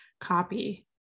copy